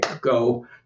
go